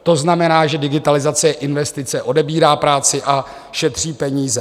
To znamená, že digitalizace je investice, odebírá práci a šetří peníze.